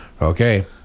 Okay